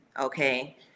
Okay